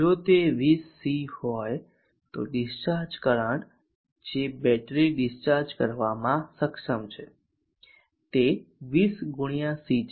જો તે 20 C હોય તો ડીસ્ચાર્જ કરંટ જે બેટરી ડિસ્ચાર્જ કરવામાં સક્ષમ છે તે 20 ગણા C છે